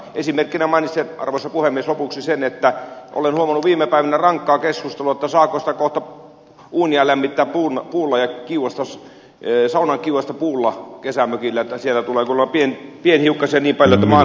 esimerkkinä mainitsen arvoisa puhemies lopuksi sen että olen huomannut viime päivinä rankkaa keskustelua siitä saako sitä kohta uunia ja kesämökillä saunan kiuasta lämmittää puulla koska siitä tulee kuulema pienhiukkasia niin paljon että maailma pilaantuu